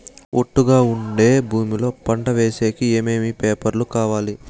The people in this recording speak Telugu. ఒట్టుగా ఉండే భూమి లో పంట వేసేకి ఏమేమి పేపర్లు కావాలి?